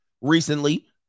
recently